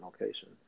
location